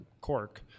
cork